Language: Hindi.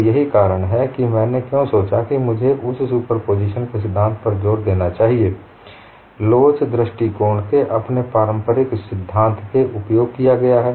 तो यही कारण है कि मैंने क्यों सोचा कि मुझे उस सुपरपोज़िशन के सिद्धांत पर जोर देना चाहिए लोच दृष्टिकोण के अपने पारंपरिक सिद्धांत में उपयोग किया गया है